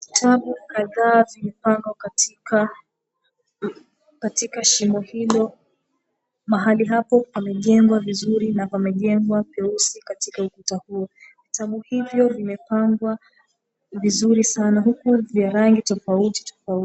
Vitabu kadhaa vimepangwa katika shimo hilo. Mahali hapo pamejengwa vizuri na pamejengwa peusi katika ukuta huo. Vitabu hivo vimepangwa vizuri sana huku vya rangi tofauti tofauti.